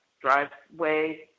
driveway